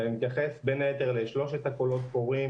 ואני מתייחס בין היתר לשלושת הקולות קוראים